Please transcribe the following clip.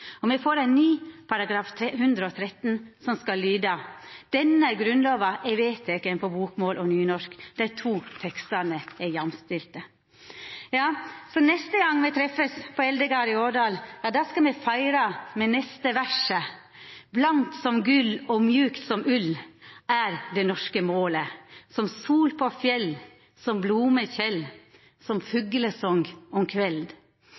Og me får ein ny § 113 som skal lyda: «Denne grunnlova er vedteken på bokmål og nynorsk. Dei to tekstane er jamstilte.» Så neste gong me treffest på Eldegard i Årdal, ja, da skal me feira med neste verset: «Blankt som gull Og mjukt som ull Er det norske målet. Som sol på fjell, Som blome-tjeld, Som fuglesong om kveld.